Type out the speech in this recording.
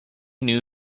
knew